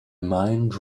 mind